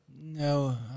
No